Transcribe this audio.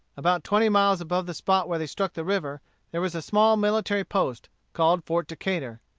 about twenty miles above the spot where they struck the river there was a small military post, called fort decatur.